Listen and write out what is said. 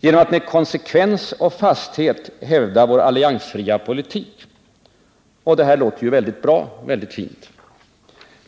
”genom att med konsekvens och fasthet hävda vår alliansfria politik”. Detta låter ju väldigt bra.